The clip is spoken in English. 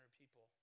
people